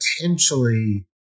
potentially